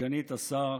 סגנית השר